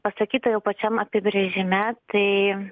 pasakyta jau pačiam apibrėžime tai